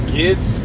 kids